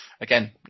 again